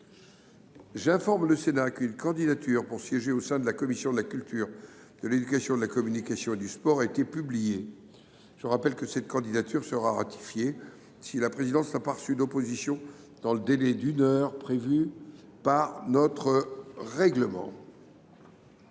J’informe le Sénat qu’une candidature pour siéger au sein de la commission de la culture, de l’éducation, de la communication et du sport a été publiée. Je rappelle que cette candidature sera ratifiée si la présidence n’a pas reçu d’opposition dans le délai d’une heure prévu par notre règlement.